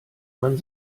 man